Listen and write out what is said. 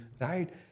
right